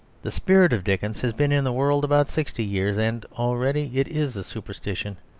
the spirit of dickens has been in the world about sixty years and already it is a superstition.